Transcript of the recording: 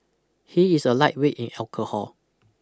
he is a lightweight in alcohol